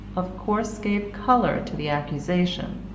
of course gave colour to the accusation,